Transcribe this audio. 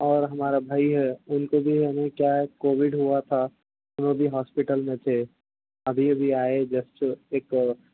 اور ہمارا بھائی ہے ان کو بھی ہمیں کیا ہے کووڈ ہوا تھا وہ بھی ہاسپیٹل میں تھے ابھی ابھی آئے جسٹ ایک